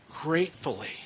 gratefully